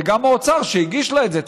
וגם האוצר שהגיש לה את זה,